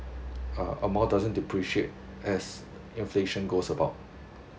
uh amount doesn't depreciate as inflation goes about